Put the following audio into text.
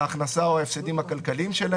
קרנות private equity וקרנות הון סיכון.